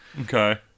okay